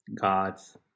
gods